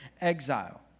exile